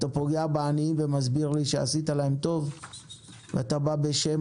אתה פוגע בעניים ומסביר לי שעשית להם טוב ואתה בא בשם